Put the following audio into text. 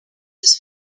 this